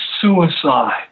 suicide